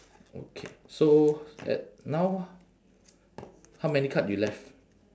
okay so at now how many card you left